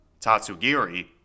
Tatsugiri